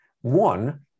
one